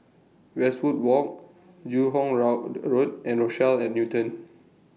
Westwood Walk Joo Hong Road and Rochelle At Newton